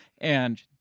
and-